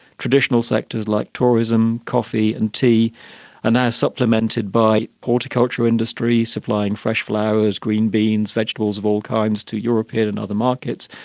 traditional sectors like tourism, coffee and tea are now supplemented by horticulture industry supplying fresh flowers, green beans, vegetables of all kinds to european and other markets.